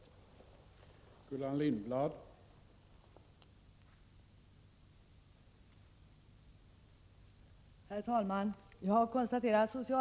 sköterskor